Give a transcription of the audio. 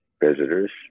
visitors